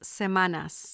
semanas